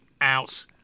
out